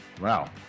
Wow